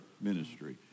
ministry